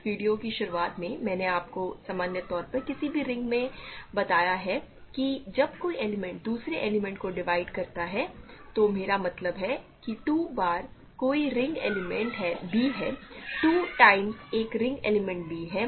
इस वीडियो की शुरुआत में मैंने आपको सामान्य तौर पर किसी भी रिंग में बताया है कि जब कोई एलिमेंट दूसरे एलिमेंट को डिवाइड करता है तो मेरा मतलब है कि 2 बार कोई रिंग एलिमेंट b है 2 टाइम्स एक रिंग एलिमेंट b है